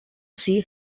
see